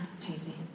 Pacey